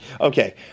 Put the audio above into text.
okay